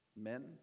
men